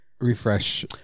Refresh